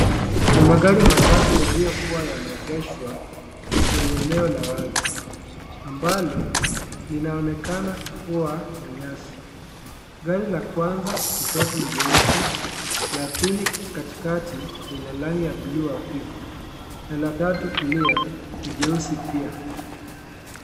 Ni magari matatu yaliyokuwa yameegeshwa kwenye eneo la wazi ambalo, linaonekana kuwa na nyasi. Gari la kwanza kushoto ni cheusi, la pili katikati, lina rangi ya buluu hafifu na la tatu kulia, ni cheusi pia.